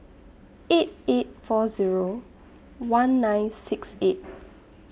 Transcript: eight eight four Zero one nine six eight